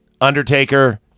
Undertaker